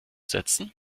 setzen